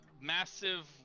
massive